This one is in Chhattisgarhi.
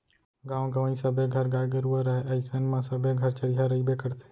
गॉंव गँवई सबे घर गाय गरूवा रहय अइसन म सबे घर चरिहा रइबे करथे